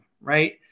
right